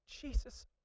jesus